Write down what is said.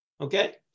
Okay